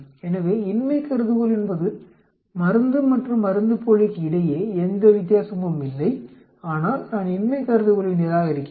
எனவே இன்மை கருதுகோள் என்பது மருந்து மற்றும் மருந்துப்போலிக்கு இடையே எந்த வித்தியாசமும் இல்லை ஆனால் நான் இன்மை கருதுகோளை நிராகரிக்கிறேன்